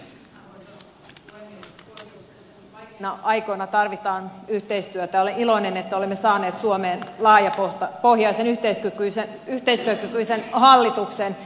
poikkeuksellisen vaikeina aikoina tarvitaan yhteistyötä ja olen iloinen että olemme saaneet suomeen laajapohjaisen yhteistyökykyisen hallituksen